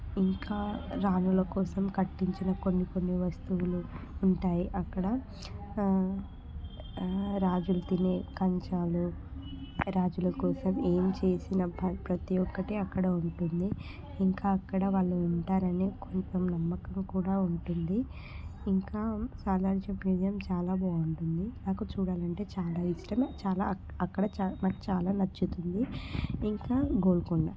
ఇంకా రాణుల కోసం కట్టించిన కొన్ని కొన్ని వస్తువులు ఉంటాయి అక్కడ రాజులు తినే కంచాలు రాజుల కోసం ఏం చేసిన ప్రతీ ఒక్కటీ అక్కడ ఉంటుంది ఇంకా అక్కడ వాళ్ళు ఉంటారని కొంచెం నమ్మకం కూడా ఉంటుంది ఇంకా సాలార్ జంగ్ మ్యూజియం చాలా బాగుంటుంది నాకు చూడాలంటే చాలా ఇష్టమే చాలా అక్కడ చాలా నాకు చాలా నచ్చుతుంది ఇంకా గోల్కొండ